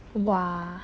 !wah!